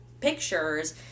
pictures